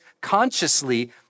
consciously